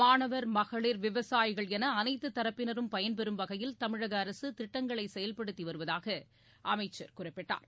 மாணவர் மகளிர் விவசாயிகள் என அனைத்துத் தரப்பினரும் பயன்பெறும் வகையில் தமிழக அரசு திட்டங்களை செயல்படுத்தி வருவதாக அமைச்சர் குறிப்பிட்டார்